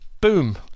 boom